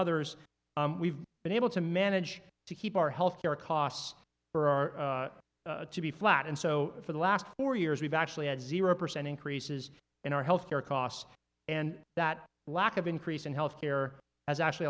others we've been able to manage to keep our health care costs for our to be flat and so for the last four years we've actually had zero percent increases in our health care costs and that lack of increase in health care has actually